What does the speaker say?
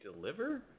deliver